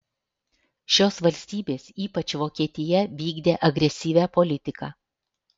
šios valstybės ypač vokietija vykdė agresyvią politiką